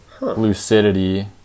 Lucidity